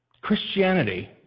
Christianity